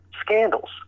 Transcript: scandals